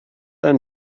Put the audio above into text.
ein